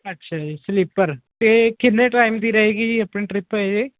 ਅੱਛਾ ਜੀ ਸਲੀਪਰ ਅਤੇ ਕਿੰਨੇ ਟਾਈਮ ਦੀ ਰਹੇਗੀ ਜੀ ਆਪਣੀ ਟਰਿਪ ਇਹ